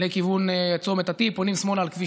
לכיוון צומת ה-T פונים שמאלה על כביש